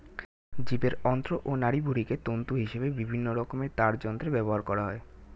জীবের অন্ত্র ও নাড়িভুঁড়িকে তন্তু হিসেবে বিভিন্ন রকমের তারযন্ত্রে ব্যবহার করা হয়